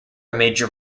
major